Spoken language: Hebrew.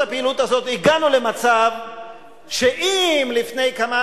בעקבות הפעילות הזאת הגענו למצב שאם לפני כמה